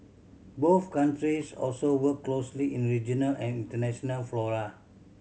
both countries also work closely in regional and international fora